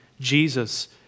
Jesus